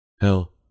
Hell